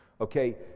okay